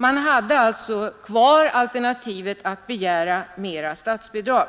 Man hade alltså kvar alternativet att begära mera statsbidrag